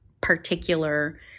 particular